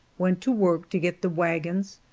went to work to get the wagons,